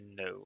No